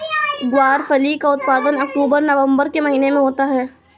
ग्वारफली का उत्पादन अक्टूबर नवंबर के महीने में होता है